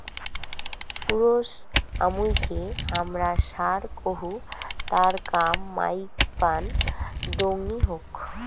পুরুছ আমুইকে হামরা ষাঁড় কহু তার কাম মাইপান দংনি হোক